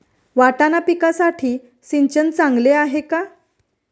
वाटाणा पिकासाठी सिंचन चांगले आहे का?